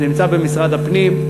זה נמצא במשרד הפנים.